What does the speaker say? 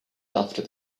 after